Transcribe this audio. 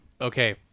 Okay